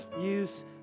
Use